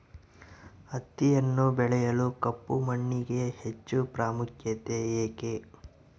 ಹತ್ತಿಯನ್ನು ಬೆಳೆಯಲು ಕಪ್ಪು ಮಣ್ಣಿಗೆ ಹೆಚ್ಚು ಪ್ರಾಮುಖ್ಯತೆ ಏಕೆ?